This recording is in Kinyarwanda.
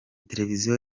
televiziyo